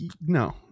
No